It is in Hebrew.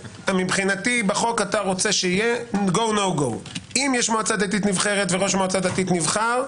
מבחינתך בחוק אתה רוצה שאם יש מועצה דתית נבחרת וראש מועצה דתית נבחר,